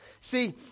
See